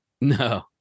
No